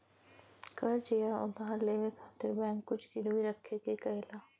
कर्ज़ या उधार लेवे खातिर बैंक कुछ गिरवी रखे क कहेला